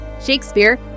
Shakespeare